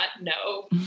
no